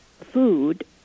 food